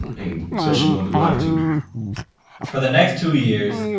and and especially going through life too for the next two years,